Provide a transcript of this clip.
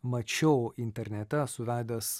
mačiau internete suvedęs